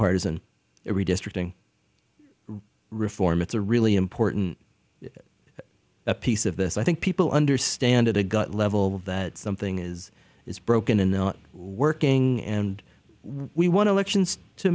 nonpartisan redistricting reform it's a really important piece of this i think people understand at a gut level that something is is broken and not working and we want to